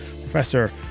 Professor